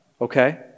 okay